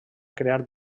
crear